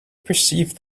perceived